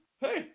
Hey